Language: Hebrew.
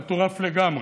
זה מטורף לגמרי.